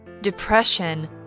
depression